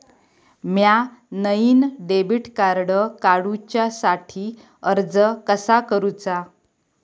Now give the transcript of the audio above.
म्या नईन debit card काडुच्या साठी अर्ज कसा करूचा?